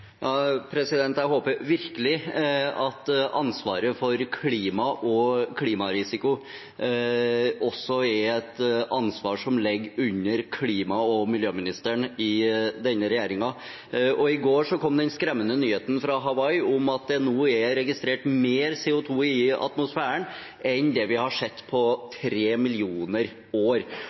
ligger under klima- og miljøministeren i denne regjeringen. I går kom den skremmende nyheten fra Hawaii om at det nå er registrert mer CO 2 i atmosfæren enn det vi har sett på tre millioner år.